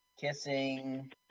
Kissing